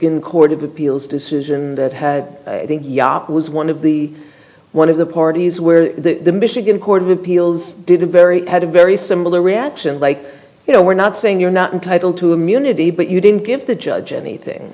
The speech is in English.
in court of appeals decision that had yop was one of the one of the parties where the michigan court of appeals did a very had a very similar reaction like you know we're not saying you're not entitled to immunity but you didn't give the judge anything